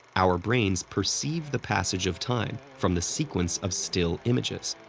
our brains perceive the passage of time from the sequence of still images.